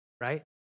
right